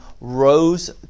rose